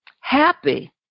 Happy